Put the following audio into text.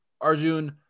Arjun